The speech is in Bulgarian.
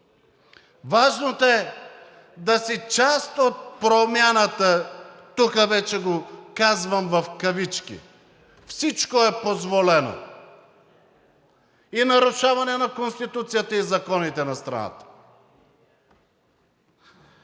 важното е да си част от промяната – тук вече го казвам в кавички, всичко е позволено – и нарушаване на Конституцията, и законите на страната.